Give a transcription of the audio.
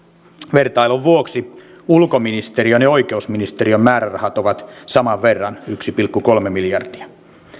vertailun vuoksi ulkoministeriön ja oikeusministeriön määrärahat ovat saman verran yksi pilkku kolme miljardia